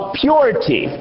purity